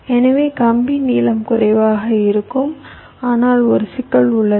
எனவே கம்பி நீளம் குறைவாக இருக்கும் ஆனால் ஒரு சிக்கல் உள்ளது